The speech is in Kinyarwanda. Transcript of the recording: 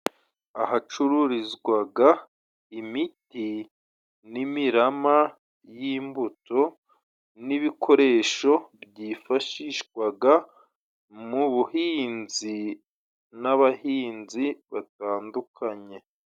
Ahacururizwaga imiti n'imirama y'imbuto, n'ibikoresho byifashishwaga mu buhinzi n'abahinzi batandukanye.